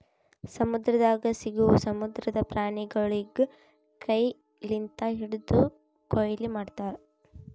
ಸಮುದ್ರದಾಗ್ ಸಿಗವು ಸಮುದ್ರದ ಪ್ರಾಣಿಗೊಳಿಗ್ ಕೈ ಲಿಂತ್ ಹಿಡ್ದು ಕೊಯ್ಲಿ ಮಾಡ್ತಾರ್